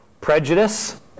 prejudice